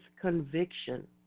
conviction